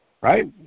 right